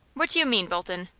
what do you mean, bolton?